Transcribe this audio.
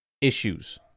issues